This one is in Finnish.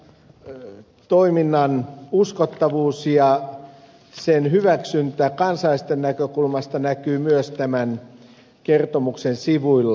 tämä toiminnan uskottavuus ja sen hyväksyntä kansalaisten näkökulmasta näkyy myös tämän kertomuksen sivuilla